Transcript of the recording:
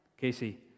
Casey